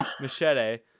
Machete